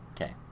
okay